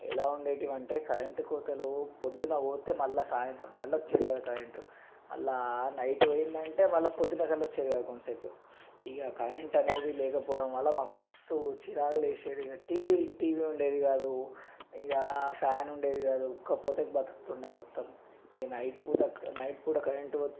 ఎలా ఉండేటివి అంటే కరెంటు కోతలు పొద్దున పోతే మళ్ళీ సాయంత్రం కల్లా వచ్చేది కాదు కరెంటు మళ్ళీ నైట్ పోయిందంటే మళ్ళీ పొద్దున అసలే వచ్చేది కాదు కొంచెంసేపు ఇక కరెంట్ అనేది లేకపోవడం వల్ల మాకు మస్తు చిరాకులు వేసేది ఇక టీవీ టీవీ ఉండేది కాదు ఇక ఫ్యాన్ ఉండేది కాదు ఉక్కపోతకి బ్రతుకుతూ ఉండేది మొత్తం ఇక నైట్ పూట నైట్ పూట కరెంటు పోతే